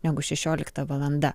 negu šešiolikta valanda